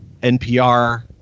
NPR